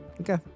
Okay